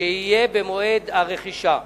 שיהיה במועד הרכישה.